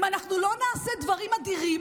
אם אנחנו לא נעשה דברים אדירים,